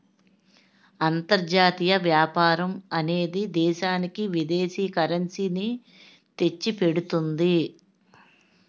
అంతర్జాతీయ వ్యాపారం అనేది దేశానికి విదేశీ కరెన్సీ ని తెచ్చిపెడుతుంది